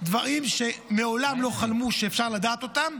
דברים שמעולם לא חלמו שאפשר לדעת אותם,